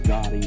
God